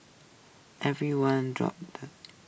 everyone dropped the